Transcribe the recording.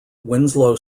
winslow